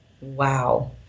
Wow